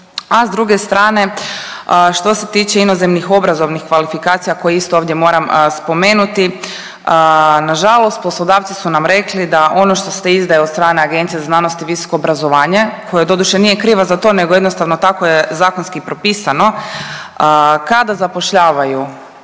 a s druge strane što se tiče inozemnih obrazovnih kvalifikacija koje isto ovdje moram spomenuti. Nažalost poslodavci su nam rekli da ono što se izdaje od strane Agencije za znanost i visoko obrazovanje, koja doduše nije kriva za to nego jednostavno tako je zakonski propisano, kada zapošljavaju